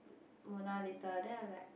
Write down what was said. Mona later than I'm like